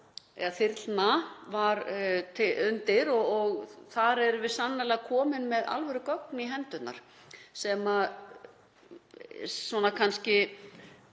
þyrlna var undir. Þar erum við sannarlega komin með alvörugögn í hendurnar sem gætu kannski